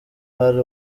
hari